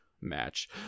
match